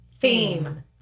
theme